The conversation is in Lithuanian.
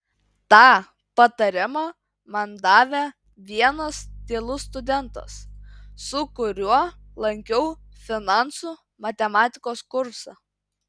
tą patarimą man davė vienas tylus studentas su kuriuo lankiau finansų matematikos kursą